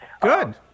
Good